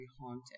haunted